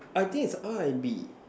I think is R and B